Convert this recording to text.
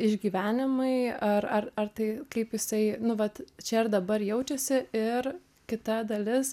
išgyvenimai ar ar ar tai kaip jisai nu vat čia ir dabar jaučiasi ir kita dalis